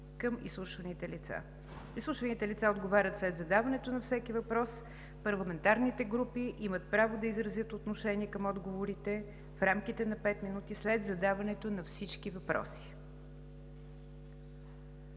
към изслушваните лица. Изслушваните лица отговарят след задаването на всеки въпрос. Парламентарните групи имат право да изразят отношение към отговорите на изслушваните лица в рамките на пет минути след задаването на всички въпроси.“